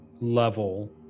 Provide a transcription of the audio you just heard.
level